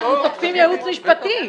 אנחנו תוקפים ייעוץ משפטי.